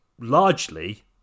largely